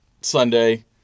Sunday